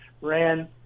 ran